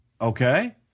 Okay